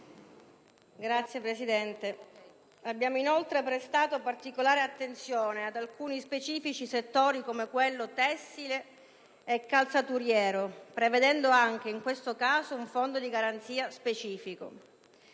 signor Presidente. Abbiamo inoltre prestato attenzione ad alcuni specifici settori, come quello tessile e calzaturiero, prevedendo, anche in questo caso, un Fondo di garanzia specifico.